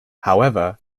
however